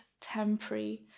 temporary